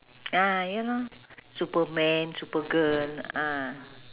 ah ya lor super man super girl ah